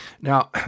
Now